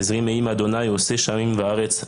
עזרי, מעם ה', עושה שמים וארץ.